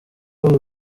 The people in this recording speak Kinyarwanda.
ubu